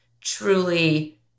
truly